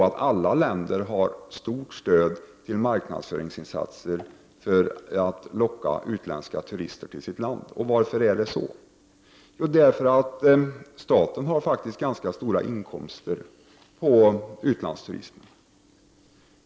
Alla länder ger stort stöd till marknadsföringsinsatser för att locka utländska turister till sitt land. Varför är det så? Staten får in stora inkomster på utlandsturismen.